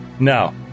No